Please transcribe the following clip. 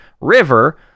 River